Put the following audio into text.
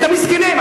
את המסכנים,